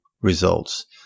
results